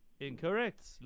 Incorrect